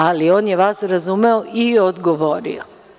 Ali, on je vas razumeo i odgovorio.